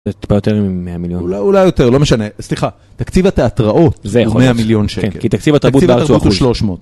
זה טיפה יותר מ-100 מיליון אולי אולי יותר לא משנה סליחה תקציב התיאטראות זה 100 מיליון שקל כי תקציב התרבות בארצות הוא 300